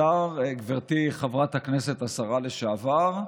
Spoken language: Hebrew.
אדוני השרה, גברתי חברת הכנסת השרה לשעבר,